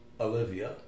Olivia